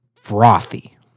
frothy